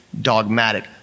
dogmatic